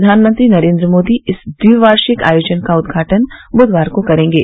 प्रधानमंत्री नरेन्द्र मोदी इस ट्विवार्षिक आयोजन का उदघाटन दुधवार को करेंगे